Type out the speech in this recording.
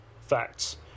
facts